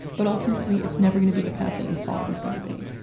but ultimately, it's never going to be the path that you thought it was going to be.